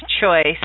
choice